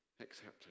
Accepted